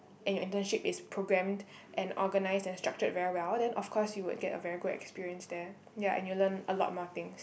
and your internship is programmed and organised and structured very well then of course you will get a very good experience there ya and you will learn a lot more things